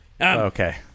Okay